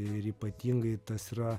ir ypatingai tas yra